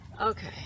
okay